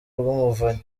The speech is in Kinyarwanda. rw’umuvunyi